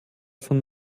von